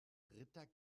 ritter